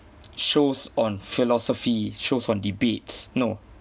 shows on philosophy shows on debates no